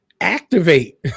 activate